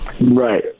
Right